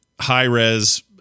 high-res